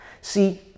See